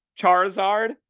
Charizard